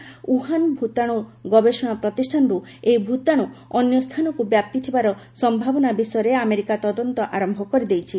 Wuhan ଭୂତାଣୁ ଗବେଷଣା ପ୍ରତିଷ୍ଠାନରୁ ଏହି ଭୂତାଣୁ ଅନ୍ୟ ସ୍ଥାନକୁ ବ୍ୟାପିଥିବାର ସମ୍ଭାବନା ବିଷୟରେ ଆମେରିକା ତଦନ୍ତ ଆରମ୍ଭ କରିଦେଇଛି